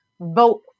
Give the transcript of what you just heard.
vote